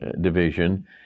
division